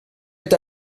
est